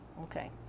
okay